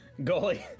Goalie